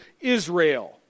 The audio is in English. Israel